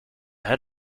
head